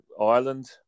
Ireland